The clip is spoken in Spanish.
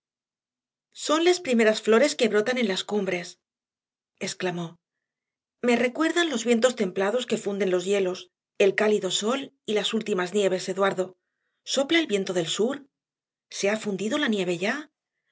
son las primeras flores que brotan en las cumbres exclamó me recuerdan los vientos templados que funden los hielos el cálido sol y las últimas nieves eduardo sopla el viento del sur se ha fundido la nieve ya